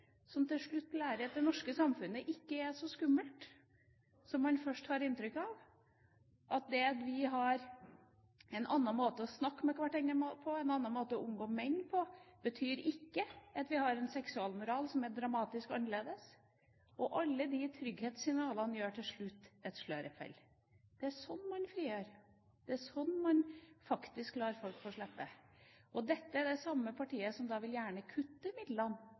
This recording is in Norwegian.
som til slutt lærer at det norske samfunnet ikke er så skummelt som man først har inntrykk av. Det at vi har en annen måte å snakke med hverandre på, en annen måte å omgås menn på, betyr ikke at vi har en seksualmoral som er dramatisk annerledes. Alle de trygghetssignalene gjør til slutt at sløret faller. Det er sånn man frigjør. Det er sånn man faktisk lar folk få slippe. Og dette er det samme partiet som gjerne vil kutte midlene